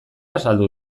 azaldu